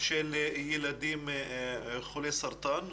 של ילדים חולי סרטן.